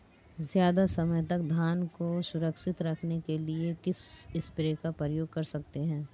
ज़्यादा समय तक धान को सुरक्षित रखने के लिए किस स्प्रे का प्रयोग कर सकते हैं?